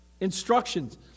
Instructions